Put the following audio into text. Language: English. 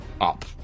up